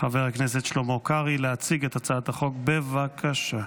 חבר הכנסת שלמה קרעי להציג את הצעת החוק, בבקשה.